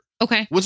Okay